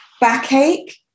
backache